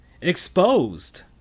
exposed